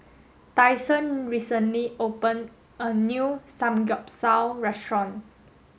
Tyson recently opened a new Samgyeopsal restaurant